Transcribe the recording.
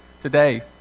Today